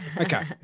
okay